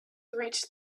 reached